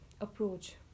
approach